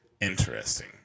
Interesting